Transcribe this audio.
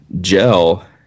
gel